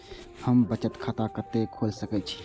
हम बचत खाता कते खोल सके छी?